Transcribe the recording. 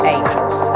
Angels